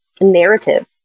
narrative